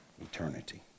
Eternity